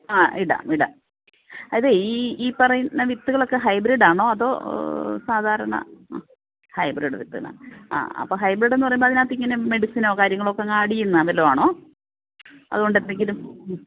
ആ ഇടാ ഇടാം അതെ ഈ പറയുന്ന വിത്തുകൾ ഒക്കെ ഹൈബ്രിഡ് ആണോ അതോ സാധാരണ ഹൈബ്രിഡ് വിത്തുകളാണ് ആ അപ്പം ഹൈബ്രിഡ് എന്ന് പറയുമ്പോൾ അതിനകത്ത് മെഡിസിനോ കാര്യങ്ങളോ ഒക്കെ ആഡ് ചെയ്യുന്ന വല്ലതും ആണോ അതുകൊണ്ട് എന്തെങ്കിലും ഉം